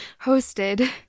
hosted